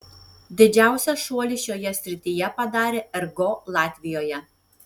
didžiausią šuolį šioje srityje padarė ergo latvijoje